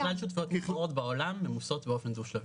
ככלל שותפויות אחרות בעולם ממוסות באופן דו שלבי.